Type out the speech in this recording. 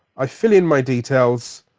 i fill in my details,